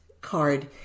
card